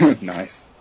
Nice